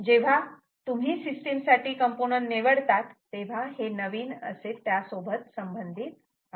जेव्हा तुम्ही सिस्टीम साठी कॉम्पोनन्ट निवडतात तेव्हा हे नवीन त्यासोबत संबंधित आहे